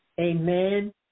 Amen